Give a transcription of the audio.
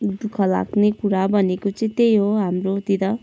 दुःख लाग्ने कुरा भनेको चाहिँ त्यही हो हाम्रोतिर